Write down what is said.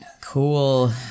Cool